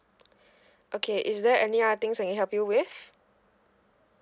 okay is there any other things I can help you with